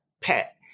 pet